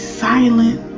silent